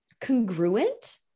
congruent